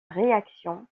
réaction